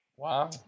Wow